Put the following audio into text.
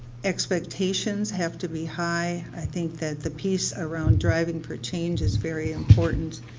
expectations have to be high. i think that the piece around deriving for change is very important,